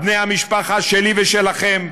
בני המשפחה שלי ושלכם,